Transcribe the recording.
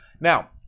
now